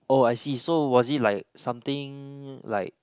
oh I see so was it like something like